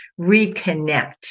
reconnect